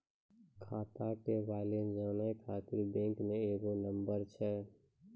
खाता के बैलेंस जानै ख़ातिर बैंक मे एगो नंबर छै?